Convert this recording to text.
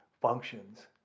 functions